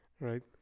Right